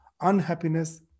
unhappiness